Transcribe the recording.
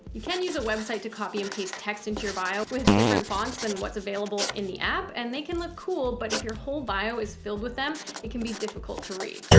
you can use a website to copy and paste, text into your bio with different fonts than what's available in the app, and they can look cool. but if your whole bio is filled with them, it can be difficult to read.